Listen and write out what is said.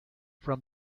from